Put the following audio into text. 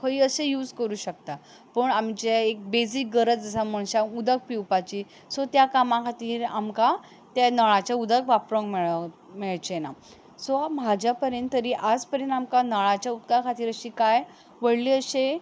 खंयीय असो यूज करूंक शकता पूण आमचें एक बेजीक गरज आसा मनशाक उदक पिवपाची ती सो त्या कामा खातीर आमकां ते नळाचें उदक वापरोंक मेळ मेळचें ना सो म्हज्या पर्यंत तरी आज पर्यंत आमकां नळाच्या उदका खातीर अशा कांय व्हडली अशी